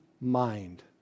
mind